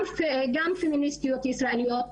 גם פמיניסטיות ישראליות,